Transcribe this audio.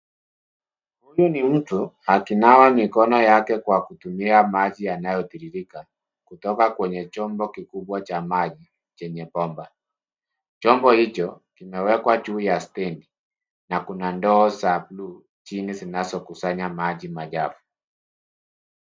Huyu ni mtu akinawa mikono yake kwa kutumia maji yanayotiririka kutoka kwenye chombo kikubwa cha maji chenye bomba. Chombo hicho kimewekwa juu ya stendi na kuna ndoo za buluu chini zinazokusanya maji machafu.